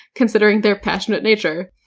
considering their passionate nature.